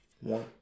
One